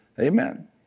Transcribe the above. Amen